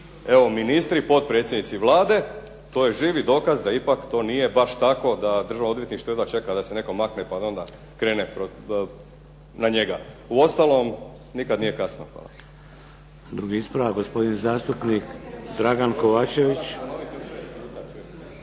evo ministri, potpredsjednici Vlade to je živi dokaz da ipak to nije baš tako da Državno odvjetništvo jedva čeka da se netko makne pa da onda krene na njega. Uostalom, nikad nije kasno. **Šeks, Vladimir (HDZ)** Drugi ispravak, gospodin zastupnik Dragan Kovačević.